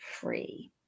free